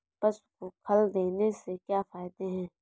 पशु को खल देने से क्या फायदे हैं?